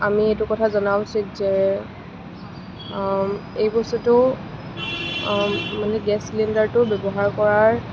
আমি এইটো কথা জনা উচিত যে এই বস্তুটো মানে গেছ চিলিণ্ডাৰটো ব্যৱহাৰ কৰাৰ